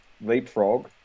leapfrog